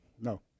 no